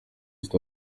east